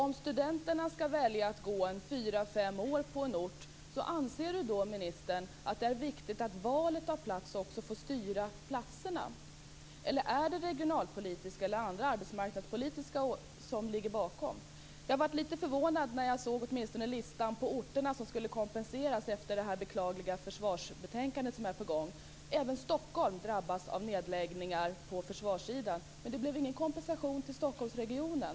Om studenterna ska välja att vara fyra fem år på en ort, anser då ministern att det är viktigt att också valet av plats får styra fördelningen av platserna, eller är det regionalpolitiska eller arbetsmarknadspolitiska hänsyn som ligger bakom? Jag blev lite förvånad när jag såg listan över orter som skulle kompenseras efter det beklagliga försvarsbetänkande som är på gång. Även Stockholm drabbas av nedläggningar på försvarssidan, men det blev ingen kompensation till Stockholmsregionen.